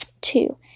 two